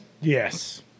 Yes